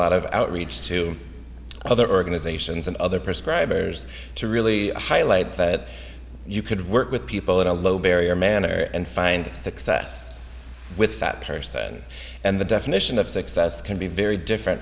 lot of outreach to other organizations and other prescribe errors to really highlight that you could work with people at a low barrier manner and find success with that person and the definition of success can be very different